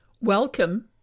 Welcome